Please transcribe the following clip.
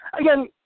again